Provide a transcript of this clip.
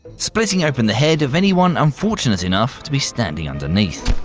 splitting open the head of anyone unfortunate enough to be standing underneath.